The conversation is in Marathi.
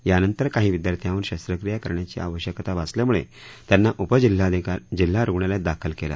यानंतर काही विद्यार्थ्यांवर शस्त्रक्रिया करण्याची आवश्यकता भासल्यामुळे त्यांना उपजिल्हा रुग्णालयात दाखल केलं